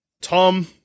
Tom